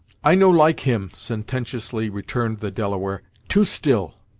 i no like him, sententiously returned the delaware. too still.